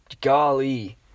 Golly